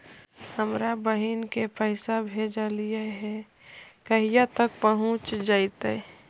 हमरा बहिन के पैसा भेजेलियै है कहिया तक पहुँच जैतै?